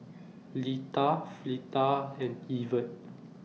Litha Fleta and Evert